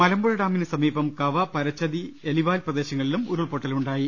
മലമ്പുഴ ഡാമിന് സമീപം കവ പരച്ചതി എലിവാൽ പ്രദേശങ്ങ ളിലും ഉരുൾപൊട്ടലുണ്ടായി